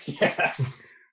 Yes